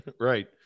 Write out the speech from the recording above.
right